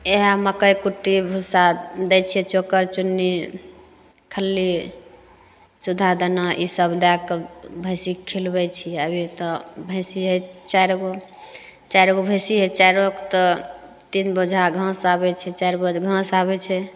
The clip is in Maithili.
इहए मकै कुट्टी भुस्सा दै छियै चोकर चुन्नी खल्ली सुधा दाना ईसब दएकऽ भैंसीके खिलबैत छियै अभी तऽ भैंसी है चारिगो भैंसी है चारोके तऽ तीन बोझा घास आबैत छै चारि बोझ घाँस आबैत छै